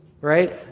right